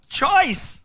choice